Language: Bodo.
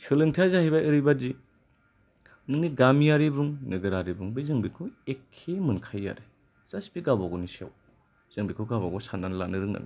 सोलोंथाया जाहैबाय ओरैबादि नोंनि गामियारि बुं नोगोरारि बुं बे जों बेखौ एखे मोनखायो आरो जास्ट बे गावबागावनि सायाव जों बेखौ गावबागाव साननानै लानो रोंनांगोन